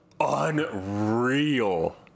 unreal